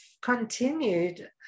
continued